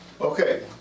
Okay